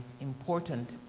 important